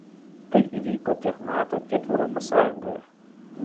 tai įvyko tiek nato tiek europos sąjungoje